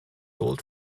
old